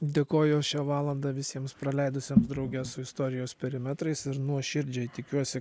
dėkoju šią valandą visiems praleidusiems drauge su istorijos perimetrais ir nuoširdžiai tikiuosi